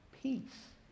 peace